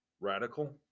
radical